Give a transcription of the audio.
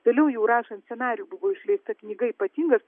vėliau jau rašant scenarijų buvo išleista knyga ypatingas